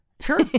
Sure